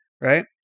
right